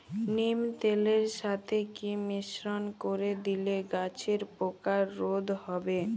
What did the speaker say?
নিম তেলের সাথে কি মিশ্রণ করে দিলে গাছের পোকা রোধ হবে?